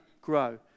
grow